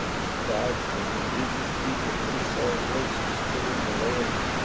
in fact, when indigenous people first saw horses tilling the land,